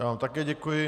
Já vám také děkuji.